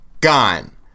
gone